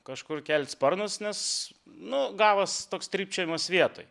kažkur kelt sparnus nes nu gavos toks trypčiojimas vietoj